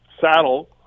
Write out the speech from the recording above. saddle